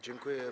Dziękuję.